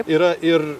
yra ir